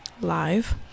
live